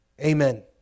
Amen